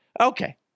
Okay